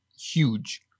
huge